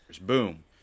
boom